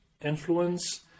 influence